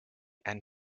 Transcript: and